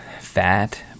fat